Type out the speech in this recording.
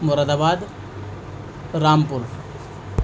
مرادآباد رام پور